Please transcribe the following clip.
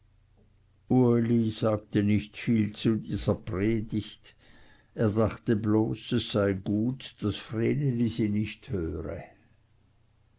sagte nicht viel zu dieser predigt er dachte bloß es sei gut daß vreneli sie nicht höre